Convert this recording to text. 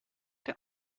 der